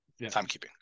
timekeeping